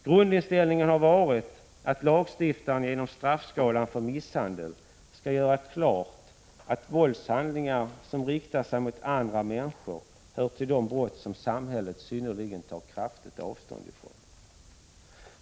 Grundinställningen har varit att lagstiftaren genom straffskalan för misshandel skall göra klart att våldshandlingar som riktar sig mot andra människor hör till de brott som samhället synnerligen kraftigt tar avstånd ifrån.